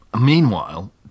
Meanwhile